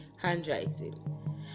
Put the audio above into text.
handwriting